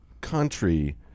country